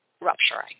rupturing